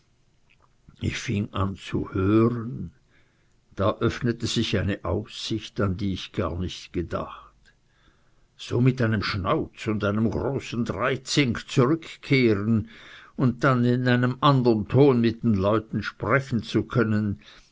ich fing an zu hören es öffnete sich da eine aussicht an die ich gar nicht gedacht so mit einem schnauz und einem großen dreizink zurückkehren und dann in einem andern ton mit den leuten sprechen zu können